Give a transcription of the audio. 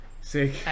Sick